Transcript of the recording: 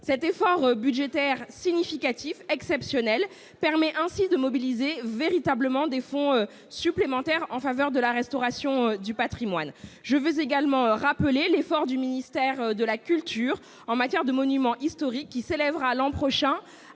Cet effort budgétaire significatif exceptionnel permet ainsi de mobiliser véritablement des fonds supplémentaires en faveur de la restauration du patrimoine. Je veux également rappeler l'effort du ministère de la culture en matière de monuments historiques qui s'élèvera, l'an prochain,